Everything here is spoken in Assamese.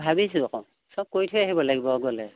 ভাবিছোঁ আকৌ সব কৰি থৈ আহিব লাগিব গ'লে